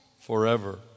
forever